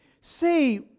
Say